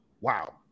Wow